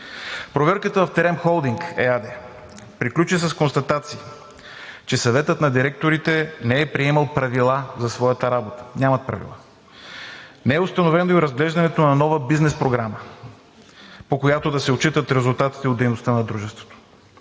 Проверката в „Терем – холдинг“ ЕАД приключи с констатации, че Съветът на директорите не е приемал правила за своята работа – нямат правила. Не е установено и разглеждането на нова бизнес програма, по която да се отчитат резултатите от дейността на дружеството.